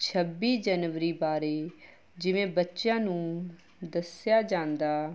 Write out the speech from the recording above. ਛੱਬੀ ਜਨਵਰੀ ਬਾਰੇ ਜਿਵੇਂ ਬੱਚਿਆਂ ਨੂੰ ਦੱਸਿਆ ਜਾਂਦਾ